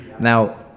Now